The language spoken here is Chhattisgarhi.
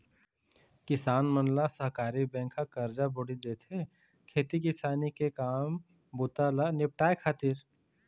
किसान मन ल सहकारी बेंक ह करजा बोड़ी देथे, खेती किसानी के काम बूता ल निपाटय खातिर